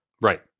Right